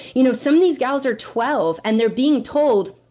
you know, some of these gals are twelve, and they're being told.